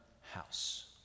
house